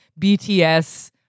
BTS